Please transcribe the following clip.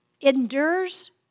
endures